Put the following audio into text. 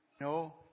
No